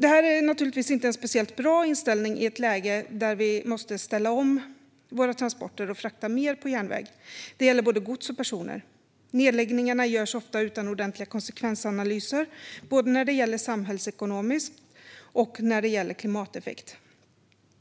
Detta är naturligtvis inte en speciellt bra inställning i ett läge där vi måste ställa om våra transporter och frakta mer på järnväg - det gäller både gods och personer. Nedläggningarna görs ofta utan ordentliga konsekvensanalyser, både samhällsekonomiskt och i fråga om klimateffekten.